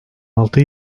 altı